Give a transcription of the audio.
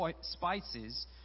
spices